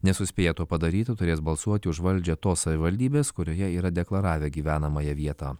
nesuspėję to padaryti turės balsuoti už valdžią tos savivaldybės kurioje yra deklaravę gyvenamąją vietą